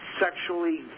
sexually